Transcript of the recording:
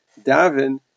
Davin